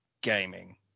gaming